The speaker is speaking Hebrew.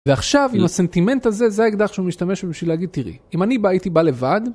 ועכשיו עם הסנטימנט הזה זה האקדח שהוא משתמש בשביל להגיד תראי, אם אני בא, הייתי בא לבד